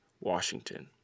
Washington